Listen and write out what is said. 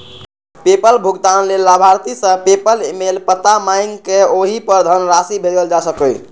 PayPal भुगतान लेल लाभार्थी सं पेपल ईमेल पता मांगि कें ओहि पर धनराशि भेजल जा सकैए